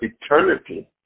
eternity